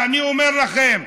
ואני אומר לכם,